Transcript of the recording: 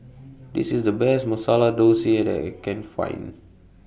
This IS The Best Masala Dosa that I Can Find